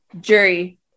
jury